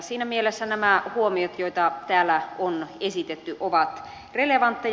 siinä mielessä nämä huomiot joita täällä on esitetty ovat relevantteja